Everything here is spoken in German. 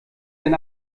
denn